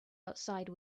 outside